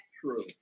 true